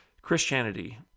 Christianity